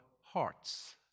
hearts